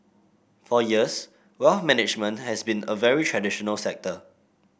for years wealth management has been a very traditional sector